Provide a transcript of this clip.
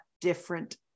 different